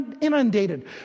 inundated